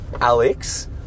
Alex